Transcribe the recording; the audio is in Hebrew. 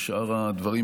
מפוארת,